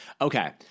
okay